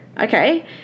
okay